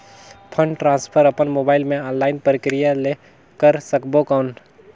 Fund transfer अपन mobile मे online प्रक्रिया ले कर सकबो कौन?